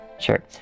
Sure